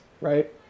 right